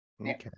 Okay